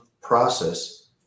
process